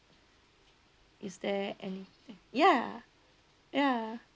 is there any ya ya